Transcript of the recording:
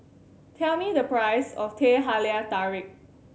tell me the price of Teh Halia Tarik